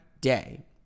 day